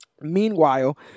Meanwhile